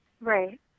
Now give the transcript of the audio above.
Right